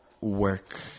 work